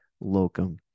locum